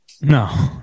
No